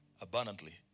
abundantly